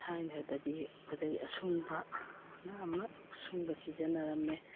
ꯊꯥꯏꯅꯗꯗꯤ ꯈꯨꯗꯩ ꯑꯁꯨꯡꯕꯅ ꯑꯃ ꯑꯁꯨꯡꯕ ꯁꯤꯖꯟꯅꯔꯝꯃꯦ